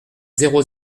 zéro